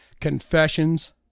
Confessions